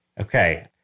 Okay